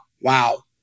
wow